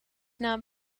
not